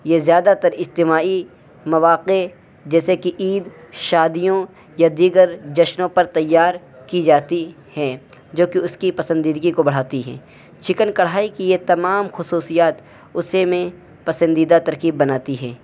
یہ زیادہ تر اجتماعی مواقع جیسے کہ عید شادیوں یا دیگر جشنوں پر تیار کی جاتی ہیں جو کہ اس کی پسندیدگی کو بڑھاتی ہیں چکن کڑھائی کی یہ تمام خصوصیات اسے میں پسندیدہ ترکیب بناتی ہیں